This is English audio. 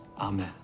Amen